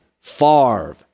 Favre